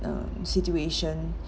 um situation